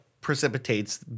precipitates